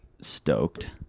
stoked